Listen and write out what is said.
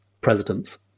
presidents